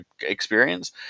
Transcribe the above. experience